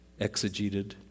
exegeted